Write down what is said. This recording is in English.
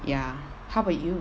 ya how about you